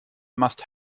must